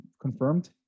confirmed